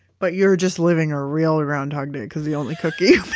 but you're just living a real groundhog day because the only cookies